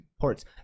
ports